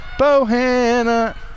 Bohanna